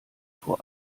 vor